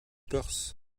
perth